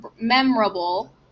memorable